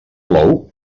plou